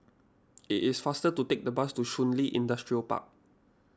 it is faster to take the bus to Shun Li Industrial Park